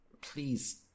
please